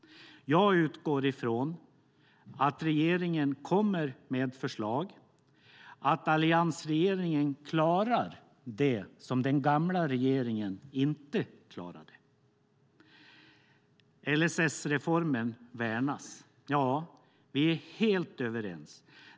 Jag utgår ifrån att regeringen kommer med förslag och att alliansregeringen klarar det som den gamla regeringen inte klarade. Oppositionen anser att LSS-reformen bör värnas. Vi är helt överens.